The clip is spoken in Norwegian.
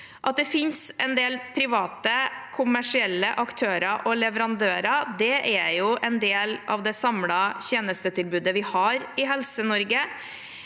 At det finnes en del private kommersielle aktører og leverandører, er en del av det samlede tjenestetilbudet vi har i Helse-Norge.